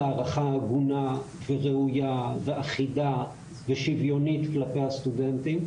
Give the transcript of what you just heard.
הערכה הגונה וראויה ואחידה ושוויונית כלפי הסטודנטים,